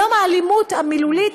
היום האלימות המילולית